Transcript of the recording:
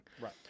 Right